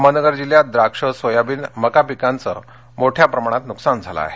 अहमदनगर जिल्ह्यात द्राक्ष सोयाबीन मका पिकांचं मोठ्या प्रमाणात नुकसानझालं आहे